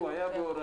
הוא היה בהוראה.